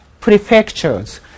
prefectures